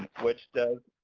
which does